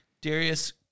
Darius